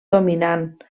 dominant